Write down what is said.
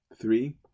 Three